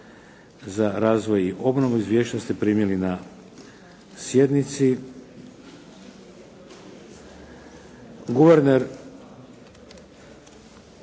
za razvoj i obnovu. Izvješća ste primili na sjednici.